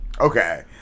okay